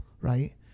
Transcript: right